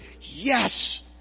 Yes